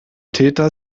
täter